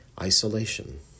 isolation